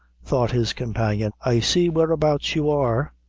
thought his companion, i see whereabouts you are.